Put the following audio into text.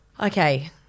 Okay